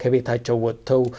can be tied to what to